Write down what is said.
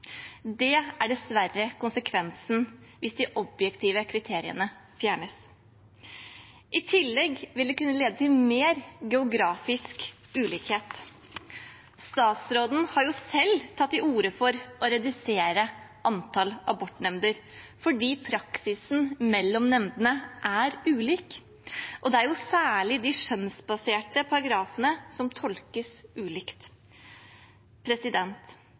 Det er dessverre konsekvensen hvis de objektive kriteriene fjernes. I tillegg vil det kunne lede til mer geografisk ulikhet. Statsråden har jo selv tatt til orde for å redusere antall abortnemnder, fordi praksisen mellom nemndene er ulik, og det er jo særlig de skjønnsbaserte paragrafene som tolkes ulikt.